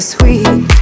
Sweet